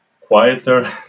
quieter